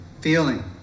feeling